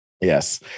Yes